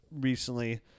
recently